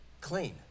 clean